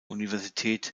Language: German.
universität